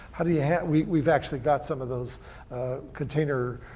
but yeah we've we've actually got some of those containers